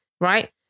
right